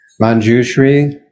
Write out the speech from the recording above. Manjushri